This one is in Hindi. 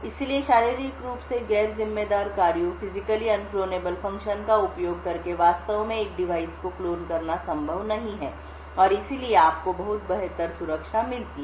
इसलिए शारीरिक रूप से गैर जिम्मेदार कार्यों फिजिकली अन क्लोनेबल फंक्शन का उपयोग करके वास्तव में एक डिवाइस को क्लोन करना संभव नहीं है और इसलिए आपको बहुत बेहतर सुरक्षा मिलती है